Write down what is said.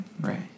right